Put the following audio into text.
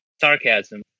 sarcasm